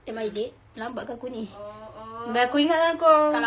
am I late lambat ke aku ni abeh aku ingatkan kau